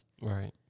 Right